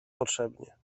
potrzebnie